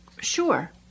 Sure